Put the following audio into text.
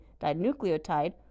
dinucleotide